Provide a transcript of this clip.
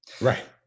Right